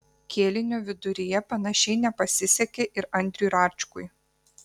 kėlinio viduryje panašiai nepasisekė ir andriui račkui